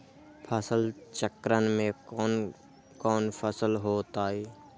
फसल चक्रण में कौन कौन फसल हो ताई?